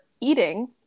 eating